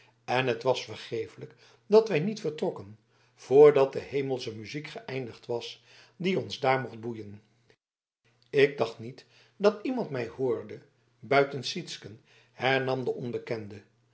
en het was vergeeflijk dat wij niet vertrokken voordat de hemelsche muziek geëindigd was die ons daar mocht boeien ik dacht niet dat iemand mij hoorde buiten sytsken hernam de onbekende